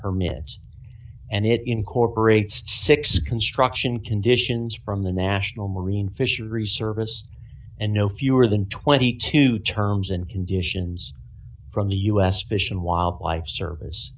permit and it incorporates six construction conditions from the national marine fisheries service and no fewer than twenty two terms and conditions from the u s fish and wildlife service